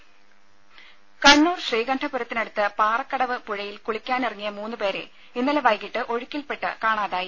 രുഭ കണ്ണൂർ ശ്രീകണ്ഠപുരത്തിനടുത്ത് പാറക്കടവ് പുഴയിൽ കുളിക്കാനിറങ്ങിയ മൂന്നുപേരെ ഇന്നലെ വൈകിട്ട് ഒഴുക്കിൽപെട്ട് കാണാതായി